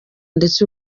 ndetse